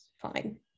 fine